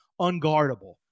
Unguardable